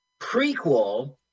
prequel